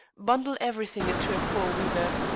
bundle everything into a four-wheeler.